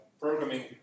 programming